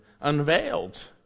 unveiled